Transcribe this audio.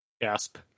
Gasp